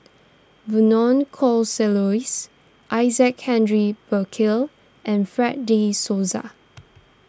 Vernon Isaac Henry Burkill and Fred De Souza